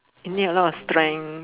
you need a lot of strength